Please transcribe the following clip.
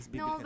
no